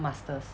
master's